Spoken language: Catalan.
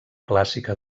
clàssica